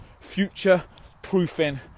future-proofing